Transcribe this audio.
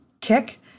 kick